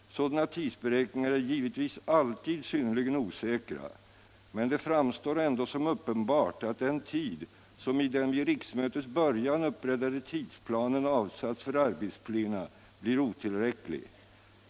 Sådana tidsberäkningar är givetvis alltid synnerligen osäkra, men det framstår ändå som uppenbart att den tid, som i den vid riksmötets början upprättade tidsplanen avsatts för arbetsplena, blir otil!'räcklig.